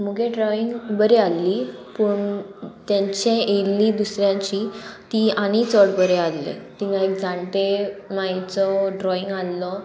मुगे ड्रॉइंग बरी आहली पूण तेंचे येयल्ली दुसऱ्यांची ती आनी चड बरें आहले तिंगा एक जाणटे मायेचो ड्रॉइंग आहलो